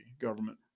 Government